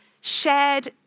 shared